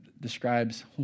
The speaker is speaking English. describes